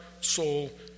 soul